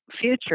future